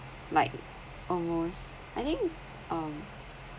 like almost I think um